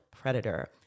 predator